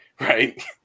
right